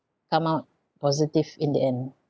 come out positive in the end